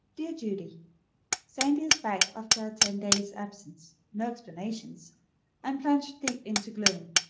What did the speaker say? dear judy sandy is back after a ten-days' absence no explanations and plunged deep into gloom.